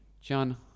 John